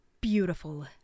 Beautiful